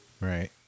Right